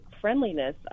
friendliness